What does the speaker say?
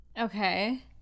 okay